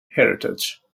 heritage